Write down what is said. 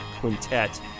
quintet